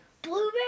Blueberry